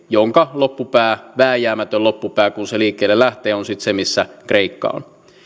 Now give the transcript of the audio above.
jonka vääjäämätön loppupää kun se liikkeelle lähtee on sitten se missä kreikka on no